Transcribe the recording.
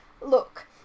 Look